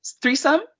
threesome